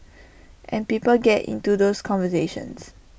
and people get into those conversations